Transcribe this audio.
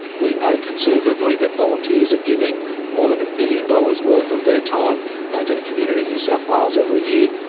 we know conservatively that volunteers are giving more than a billion dollars worth of their time to the community in new south wales every year.